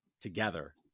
together